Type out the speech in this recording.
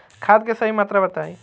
खाद के सही मात्रा बताई?